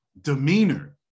demeanor